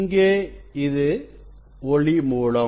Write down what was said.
இங்கே இது ஒளி மூலம்